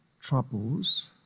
troubles